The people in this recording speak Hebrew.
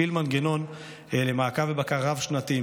לא הפעיל מנגנון למעקב ובקרה רב-שנתיים